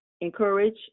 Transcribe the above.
encourage